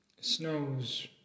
snows